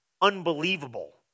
unbelievable